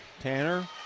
Tanner